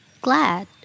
glad